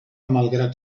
malgrat